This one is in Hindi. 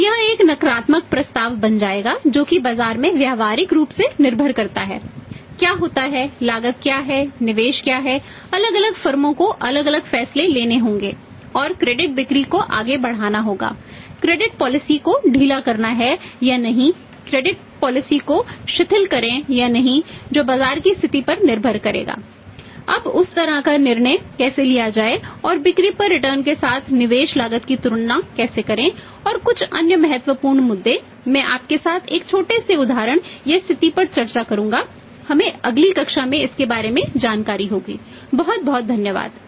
तो यह एक नकारात्मक प्रस्ताव बन जाएगा जो कि बाजार में व्यावहारिक रूप से निर्भर करता है क्या होता है लागत क्या है निवेश क्या है अलग अलग फर्मों के साथ निवेश लागत की तुलना कैसे करें और कुछ अन्य महत्वपूर्ण मुद्दे मैं आपके साथ एक छोटे से उदाहरण या स्थिति पर चर्चा करूंगा हमें अगली कक्षा में इसके बारे में जानकारी होगी बहुत बहुत धन्यवाद